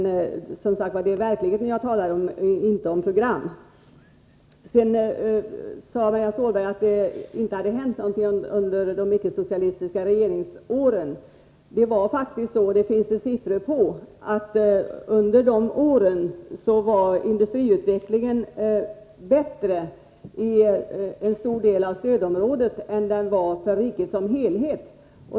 Det är, som sagt, verkligheten jag talar om och inte några program. Vidare sade Marianne Stålberg att det inte hände någonting under de icke-socialistiska regeringsåren. Men det var faktiskt så, och det finns det siffror på, att under de åren var industriutvecklingen bättre i en stor del av stödområdet än den var för riket som helhet.